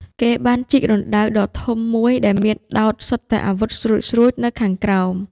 គេបានជីករណ្ដៅដ៏ធំមួយដែលមានដោតសុទ្ធតែអាវុធស្រួចៗនៅខាងក្រោម។